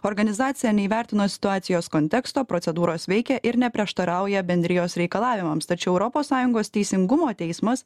organizacija neįvertino situacijos konteksto procedūros veikia ir neprieštarauja bendrijos reikalavimams tačiau europos sąjungos teisingumo teismas